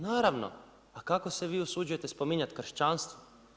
Naravno, a kako se vi usuđujete spominjati kršćanstvo?